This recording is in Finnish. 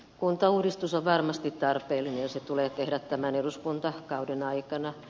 kuntauudistus on varmasti tarpeellinen ja se tulee tehdä tämän eduskuntakauden aikana